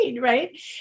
Right